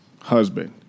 husband